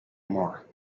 more